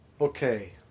Okay